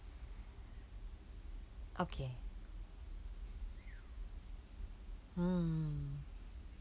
okay hmm